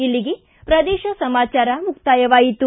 ಇಲ್ಲಿಗೆ ಪ್ರದೇಶ ಸಮಾಚಾರ ಮುಕ್ತಾಯವಾಯಿತು